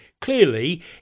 Clearly